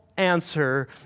Answer